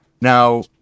Now